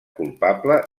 culpable